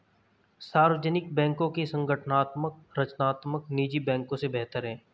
सार्वजनिक बैंकों की संगठनात्मक संरचना निजी बैंकों से बेहतर है